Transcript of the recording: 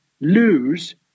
lose